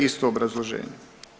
Isto obrazloženjem.